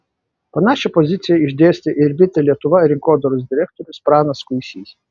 panašią poziciją išdėstė ir bitė lietuva rinkodaros direktorius pranas kuisys